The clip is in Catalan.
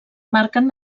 marquen